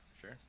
sure